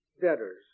debtors